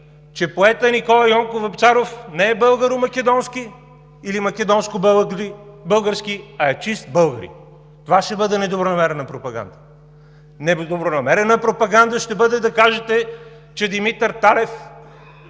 че поетът Никола Йонков Вапцаров не е българо-македонски или македонско-български, а е чист българин. Това ще бъде недобронамерена пропаганда. Недобронамерена пропаганда ще бъде да кажете, че Димитър Талев